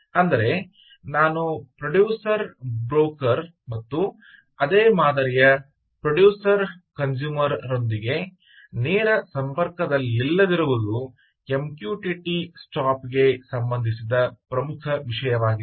ಅಂದರೆ ನಾನು producer broker ಮತ್ತು ಅದೇ ಮಾದರಿಯ ಪ್ರೊಡ್ಯೂಸರ್ ಕನ್ಸೂಮರ್ ರೊಂದಿಗೆ ನೇರ ಸಂಪರ್ಕದಲ್ಲಿಲ್ಲದಿರುವುದು MQTT ಸ್ಟಾಪ್ ಗೆ ಸಂಬಂಧಿಸಿದ ಪ್ರಮುಖ ವಿಷಯವಾಗಿದೆ